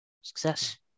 success